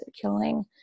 killing